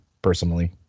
personally